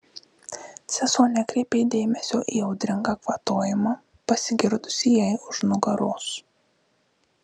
sesuo nekreipė dėmesio į audringą kvatojimą pasigirdusį jai už nugaros